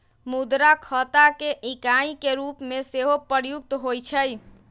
मुद्रा खता के इकाई के रूप में सेहो प्रयुक्त होइ छइ